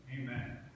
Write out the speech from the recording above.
Amen